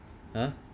!huh!